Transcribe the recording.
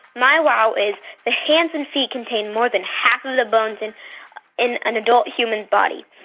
my wow is the hands and feet contain more than half of the bones in in an adult human's body.